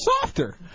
softer